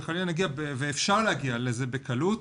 ואפשר להגיע בקלות